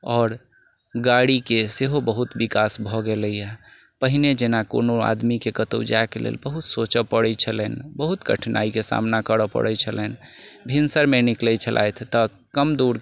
आओर गाड़ीके सेहो बहुत विकास भऽ गेलैया पहिने जेना कोनो आदमीके कतहुँ जायके लेल बहुत सोचऽ पड़ैत छलनि बहुत कठिनाइके सामना करऽ पड़ैत छलनि भिनसरमे निकलैत छलथि तऽ कम दूर